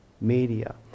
media